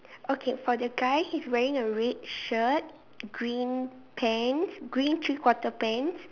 okay for the guy he's wearing a red shirt green pants green three quarter pants